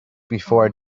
before